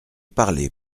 parlé